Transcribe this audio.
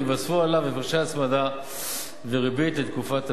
ייווספו עליו הפרשי הצמדה וריבית לתקופת הפיגור.